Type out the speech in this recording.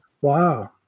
Wow